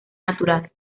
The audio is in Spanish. natural